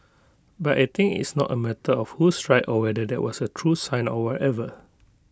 but I think it's not A matter of who's right or whether that was A true sign or whatever